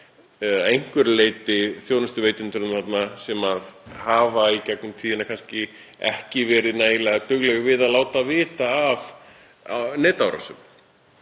einhverju leyti þjónustuveitendum sem hafa í gegnum tíðina kannski ekki verið nægilega duglegir við að láta vita af netárásum.